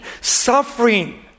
suffering